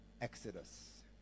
Exodus